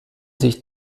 sich